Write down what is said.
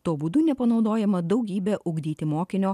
tuo būdu nepanaudojama daugybė ugdyti mokinio